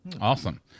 Awesome